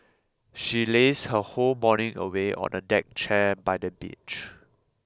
she lazed her whole morning away on a deck chair by the beach